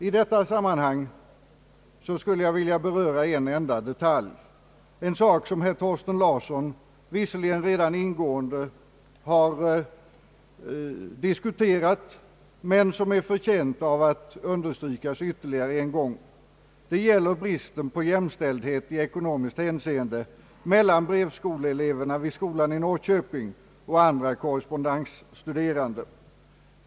I detta sammanhang skulle jag vilja beröra en enda detalj, som herr Thor sten Larsson visserligen redan ingående har behandlat men som är förtjänt att ytterligare understrykas. Det gäller bristen på jämställdhet i ekonomiskt avseende mellan <brevskoleeleverna vid vuxenskolan i Norrköping och andra korrespondensstuderande.